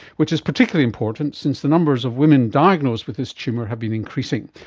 which is particularly important since the numbers of women diagnosed with this tumour has been increasing.